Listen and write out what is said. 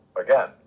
again